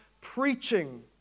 preaching